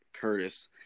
Curtis